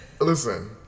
Listen